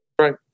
right